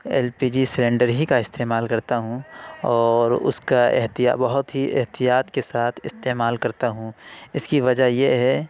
L P G cylinder ہی کا استعمال کرتا ہوں اور اس کا احتیاط بہت ہی احتیاط کے ساتھ استعمال کرتا ہوں اس کی وجہ یہ ہے